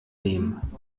nehmen